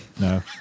no